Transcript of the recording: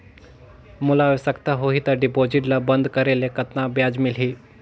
मोला आवश्यकता होही त डिपॉजिट ल बंद करे ले कतना ब्याज मिलही?